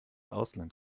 ausland